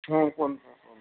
ହଁ ଫୋନ୍ କର ଫୋନ୍ କର